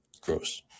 Gross